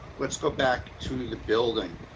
let's go back to the building.